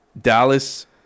Dallas